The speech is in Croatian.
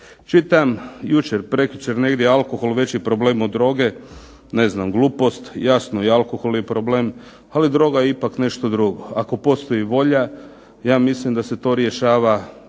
Čitam jučer, prekjučer negdje alkohol veći problem od droge. Ne znam, glupost. Jasno i alkohol je problem, ali droga je ipak nešto drugo. Ako postoji volja, ja mislim da se to rješava